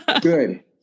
Good